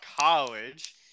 college